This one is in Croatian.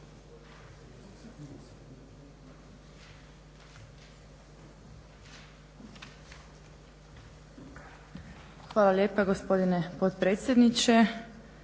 Hvala lijepa gospodine potpredsjedniče,